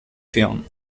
film